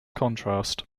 contrast